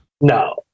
No